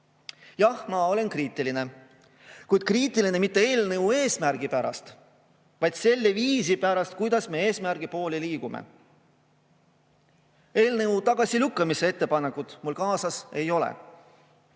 ma olen kriitiline, kuid kriitiline mitte eelnõu eesmärgi pärast, vaid selle viisi pärast, kuidas me selle eesmärgi poole liigume. Eelnõu tagasilükkamise ettepanekut mul kaasas ei ole,